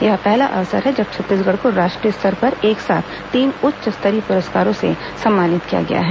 यह पहला अवसर है जब छत्तीसगढ़ को राष्ट्रीय स्तर पर एक साथ तीन उच्च स्तरीय पुरस्कारों से सम्मानित किया गया है